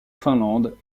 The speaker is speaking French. finlande